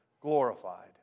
glorified